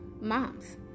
moms